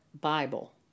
Bible